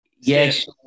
Yes